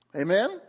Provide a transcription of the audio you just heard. Amen